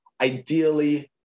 Ideally